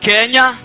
Kenya